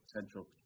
central